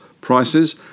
prices